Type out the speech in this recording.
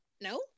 no